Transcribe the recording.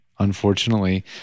Unfortunately